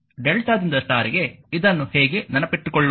lrmΔ ದಿಂದ ಸ್ಟಾರ್ ಗೆ ಇದನ್ನು ಹೇಗೆ ನೆನಪಿಟ್ಟುಕೊಳ್ಳುವುದು